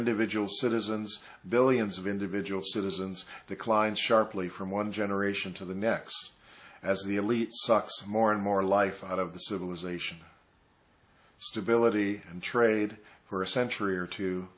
individual citizens billions of individual citizens declined sharply from one generation to the next as the elite sucks more and more life out of the civilization stability and trade for a century or t